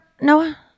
Noah